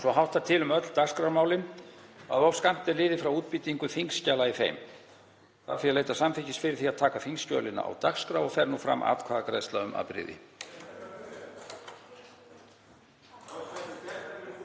Svo háttar til um öll dagskrármálin að of skammt er liðið frá útbýtingu þingskjala í þeim. Þarf því að leita samþykkis fyrir því að taka þingskjölin á dagskrá og fer nú fram atkvæðagreiðsla um afbrigði.